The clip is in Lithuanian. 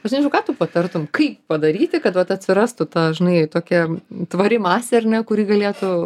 aš nežinau ką tu patartum kaip padaryti kad vat atsirastų ta žinai tokia tvari masė ar ne kuri galėtų